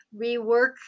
rework